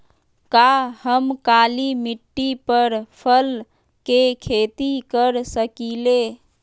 का हम काली मिट्टी पर फल के खेती कर सकिले?